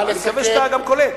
אני מקווה שאתה גם קולט.